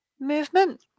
movement